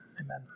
Amen